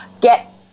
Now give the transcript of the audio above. get